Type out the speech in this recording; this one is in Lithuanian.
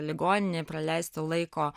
ligoninėj praleisto laiko